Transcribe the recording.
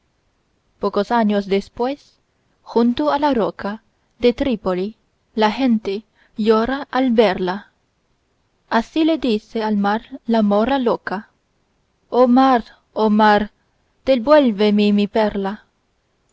pocos años después junto a la roca de trípoli la gente llora al verla así le dice al mar la mora loca oh mar oh mar devuélveme mi perla